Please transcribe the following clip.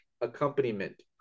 Accompaniment